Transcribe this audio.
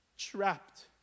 trapped